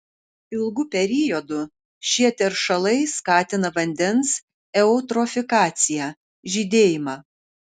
ilgu periodu šie teršalai skatina vandens eutrofikaciją žydėjimą